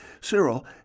Cyril